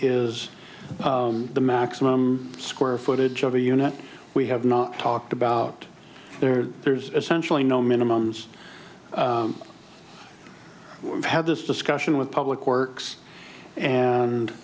is the maximum square footage of a unit we have not talked about there there's essentially no minimum so we've had this discussion with public works and